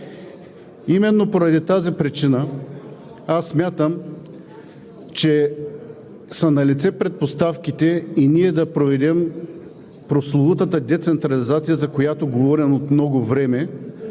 Именно поради тази причина смятам, че са налице предпоставките и ние да проведем прословутата децентрализация, за която говорим от много време,